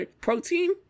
protein